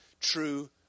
true